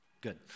Good